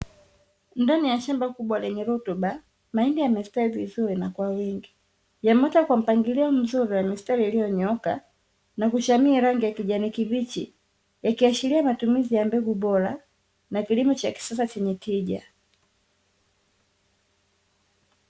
Ndani ya shamba kubwa lenye rutuba mahindi yamestawi vizuri na kwa wingi, yameota kwa mpangilio mzuri na mistari iliyonyooka na kushamiri rangi ya kijani kibichi ya kiashiria matumizi ya mbegu bora na kilimo cha kisasa chenye tija.